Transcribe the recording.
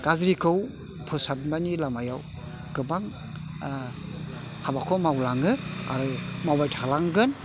गाज्रिखौ फोसाबनायनि लामायाव गोबां हाबाखौ मावलाङो आरो मावबाय थालांगोन